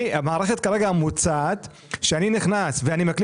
המערכת המוצעת היא כזאת שכאשר אני נכנס ואני מקליד